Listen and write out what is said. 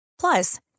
Plus